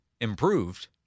improved